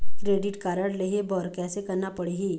Credit card लेहे बर कैसे करना पड़ही?